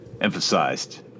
emphasized